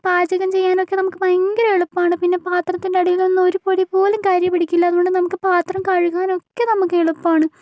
പാചകം ചെയ്യാനൊക്കെ നമുക്ക് ഭയങ്കര എളുപ്പമാണ് പിന്നെ പാത്രത്തിൻ്റെ അടീലൊന്നും ഒരു പൊടി പോലും കരി പിടിക്കില്ല അതുകൊണ്ട് നമുക്ക് പാത്രം കഴുകാനൊക്കെ നമുക്ക് എളുപ്പമാണ്